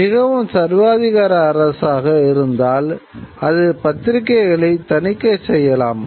மிகவும் சர்வாதிகார அரசாக இருந்தால் அது பத்திரிகைகளைத் தணிக்கை செய்யலாம்